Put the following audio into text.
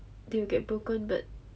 they will get broken but